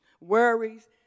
Worries